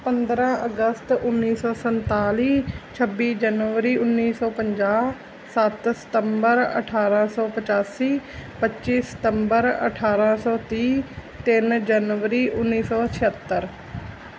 ਪੰਦਰਾਂ ਅਗਸਤ ਉੱਨੀ ਸੌ ਸੰਤਾਲੀ ਛੱਬੀ ਜਨਵਰੀ ਉੱਨੀ ਸੌ ਪੰਜਾਹ ਸੱਤ ਸਤੰਬਰ ਅਠਾਰਾਂ ਸੌ ਪਚਾਸੀ ਪੱਚੀ ਸਤੰਬਰ ਅਠਾਰਾਂ ਸੌ ਤੀਹ ਤਿੰਨ ਜਨਵਰੀ ਉੱਨੀ ਸੌ ਛਿਹੱਤਰ